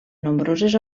nombroses